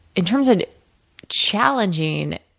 in terms of challenging,